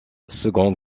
seconde